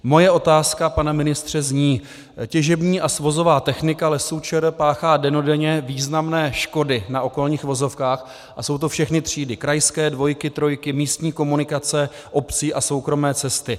Moje otázka, pane ministře, zní: Těžební a svozová technika Lesů ČR páchá dennodenně významné škody na okolních vozovkách a jsou to všechny třídy krajské, dvojky, trojky, místní komunikace obcí a soukromé cesty.